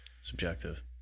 Subjective